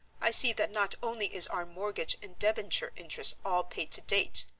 i see that not only is our mortgage and debenture interest all paid to date,